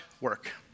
work